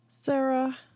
Sarah